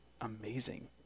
amazing